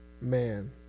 Man